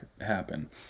happen